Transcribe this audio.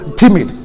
timid